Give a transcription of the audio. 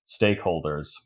stakeholders